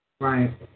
Right